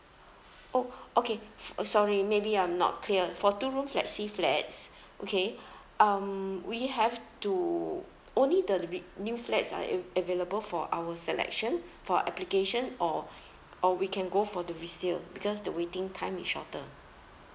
oh okay f~ sorry maybe I'm not clear for two room flexi flats okay um we have to only the re~ new flats are av~ available for our selection for application or or we can go for the resale because the waiting time is shorter